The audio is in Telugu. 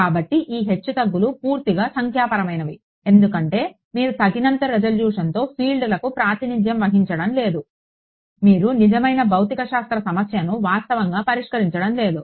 కాబట్టి ఈ హెచ్చుతగ్గులు పూర్తిగా సంఖ్యాపరమైనవి ఎందుకంటే మీరు తగినంత రిజల్యూషన్తో ఫీల్డ్లకు ప్రాతినిధ్యం వహించడం లేదు మీరు నిజమైన భౌతిక శాస్త్ర సమస్యను వాస్తవంగా పరిష్కరించడం లేదు